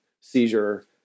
seizure